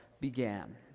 began